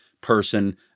person